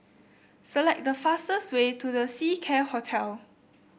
select the fastest way to The Seacare Hotel